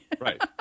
Right